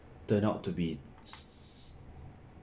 turn out to be